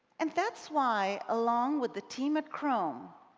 and that's why along with the team at chrome,